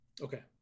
Okay